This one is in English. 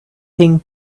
ping